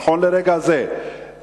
נכון לרגע זה,